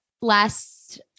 last